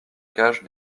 cage